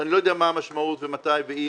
שאני לא יודע מה המשמעות ומתי ואם,